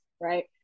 right